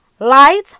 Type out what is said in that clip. light